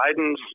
Biden's